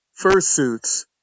fursuits